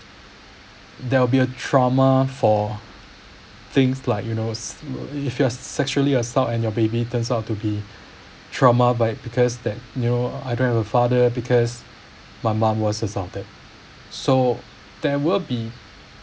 there will be a trauma for things like you know if you are sexually assault and your baby turns out to be trauma by because that you know I don't have a father because my mom was assaulted so there will be